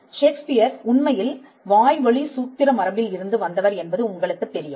ஷேக்ஸ்பியர்உண்மையில் வாய்வழி சூத்திர மரபில் இருந்து வந்தவர் என்பது உங்களுக்குத் தெரியும்